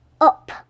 Up